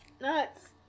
Nuts